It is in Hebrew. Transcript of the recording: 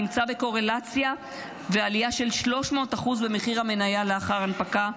נמצא בקורלציה ועלייה של 300% במחיר המניה לאחר ההנפקה,